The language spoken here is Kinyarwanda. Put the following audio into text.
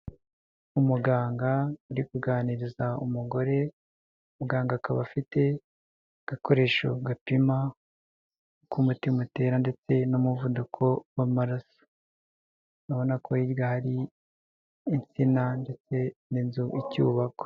Umuganga uri kuganiriza umugore, muganga akaba afite agakoresho gapima uko umutima atera ndetse n'umuvuduko w'amaraso, urabona ko hirya hari insina ndetse n'inzu icyubakwa.